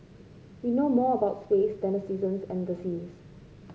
we know more about space than the seasons and the seas